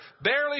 barely